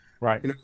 Right